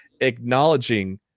acknowledging